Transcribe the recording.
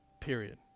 Period